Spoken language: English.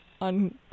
on